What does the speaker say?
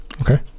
Okay